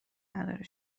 نداره